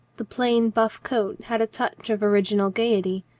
the plain buff coat had a touch of original gaiety,